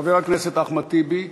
חבר הכנסת אחמד טיבי ישנו?